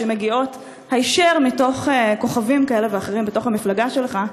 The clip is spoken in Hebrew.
שמגיעות היישר מתוך כוכבים כאלה ואחרים בתוך המפלגה שלך.